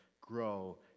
grow